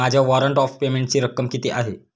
माझ्या warrant of पेमेंटची रक्कम किती आहे?